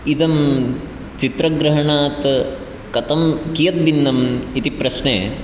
इदं चित्रग्रहणात् कथं कियद्भिन्नम् इति प्रश्ने